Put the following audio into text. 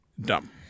dumb